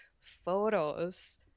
photos